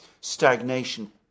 stagnation